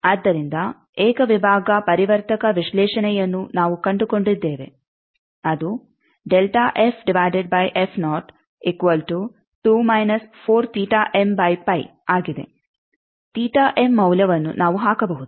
ಆದ್ದರಿಂದ ಏಕ ವಿಭಾಗ ಪರಿವರ್ತಕ ವಿಶ್ಲೇಷಣೆಯನ್ನು ನಾವು ಕಂಡುಕೊಂಡಿದ್ದೇವೆ ಅದು ಆಗಿದೆ ಮೌಲ್ಯವನ್ನು ನಾವು ಹಾಕಬಹುದು